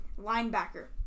Linebacker